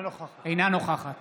אינה נוכחת